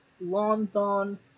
London